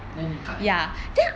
then 你 cut leh